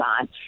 on